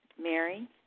Mary